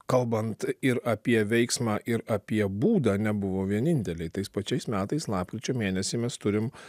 kalbant ir apie veiksmą ir apie būdą nebuvo vieninteliai tais pačiais metais lapkričio mėnesį mes turim